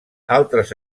altres